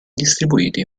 distribuiti